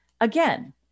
again